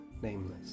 nameless